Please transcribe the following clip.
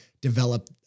develop